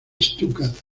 stuttgart